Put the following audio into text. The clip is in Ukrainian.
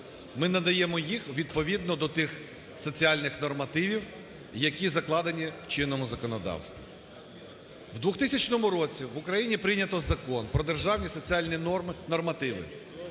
Ми надаємо їх відповідно до тих соціальних нормативів, які закладені в чинному законодавстві. У 2000 році в Україні прийнято Закон про державні соціальні норми,